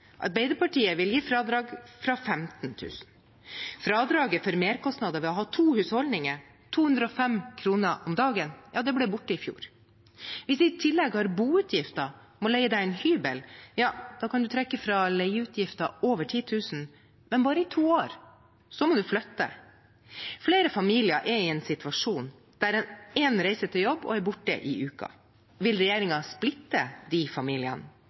Arbeiderpartiet vil gi fradrag fra 15 000 kr. Fradraget for merkostnader ved å ha to husholdninger, 205 kr per dag, ble borte i fjor. Hvis man i tillegg har boutgifter og må leie hybel, kan man trekke fra leieutgifter over 10 000 kr, men bare i to år, så må man flytte. Flere familier er i en situasjon der én reiser til jobb og er borte i uken. Vil regjeringen splitte de familiene,